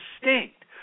distinct